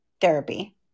therapy